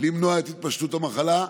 למנוע את התפשטות המחלה,